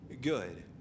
good